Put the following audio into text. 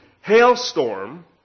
hailstorm